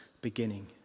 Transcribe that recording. beginning